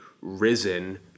risen